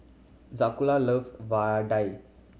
Zakula loves vadai